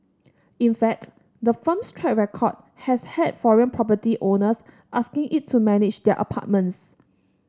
in fact the firm's track record has had foreign property owners asking it to manage their apartments